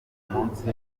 umunsi